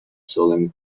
solemn